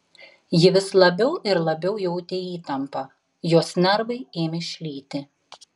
ji vis labiau ir labiau jautė įtampą jos nervai ėmė šlyti